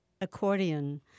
Accordion